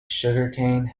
sugarcane